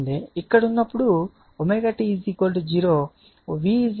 ఇక్కడ ఉన్నప్పుడు ω t 0 V Im ω c sin 900